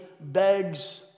begs